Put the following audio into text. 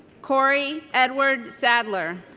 cory edward saddler